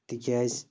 تِکیٛازِ